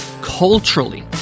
culturally